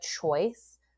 choice